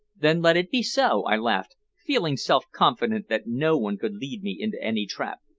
then let it be so, i laughed, feeling self-confident that no one could lead me into any trap.